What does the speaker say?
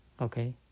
Okay